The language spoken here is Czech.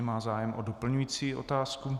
Má zájem o doplňující otázku.